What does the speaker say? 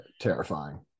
terrifying